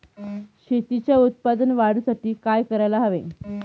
शेतीच्या उत्पादन वाढीसाठी काय करायला हवे?